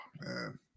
Man